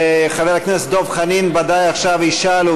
חבר הכנסת דב חנין ודאי ישאל עכשיו,